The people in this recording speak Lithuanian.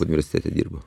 universitete dirbu